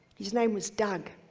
his name was doug.